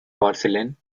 porcelain